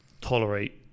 tolerate